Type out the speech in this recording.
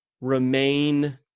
remain